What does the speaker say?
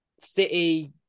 City